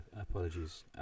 Apologies